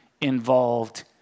involved